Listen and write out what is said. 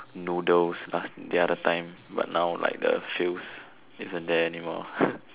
noodles last the other time but now like the sales isn't there anymore